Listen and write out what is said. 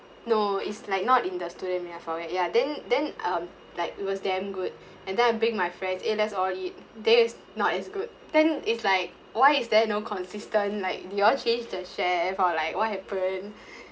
no is like not in the I forget ya then then um like it was damn good and then I bring my friends eh let's all eat theirs not as good then it's like why is there no consistent like do you all change the chef or like what happened